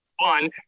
fun